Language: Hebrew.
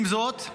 עם זאת,